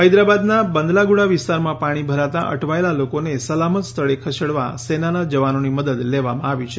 હૈદરાબાદના બંદલાગુડા વિસ્તારમાં પાણી ભરાતા અટવાયેલા લોકોને સલામત સ્થળે ખસેડવા સેનાના જવાનોની મદદ લેવામાં આવી છે